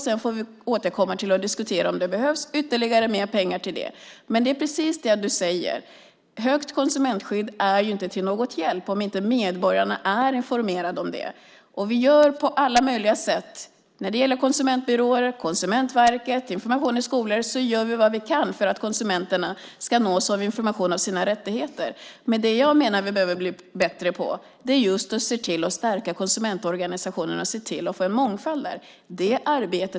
Sedan får vi återkomma och diskutera om det behövs ytterligare pengar. Men det är precis som du säger: Starkt konsumentskydd är inte till någon hjälp om medborgarna inte är informerade. Vi gör på alla möjliga sätt - konsumentbyråer, Konsumentverket, information i skolor - vad vi kan för att konsumenterna ska nås av information om sina rättigheter. Men det jag menar att vi behöver bli bättre på är att stärka konsumentorganisationerna och se till att få mångfald.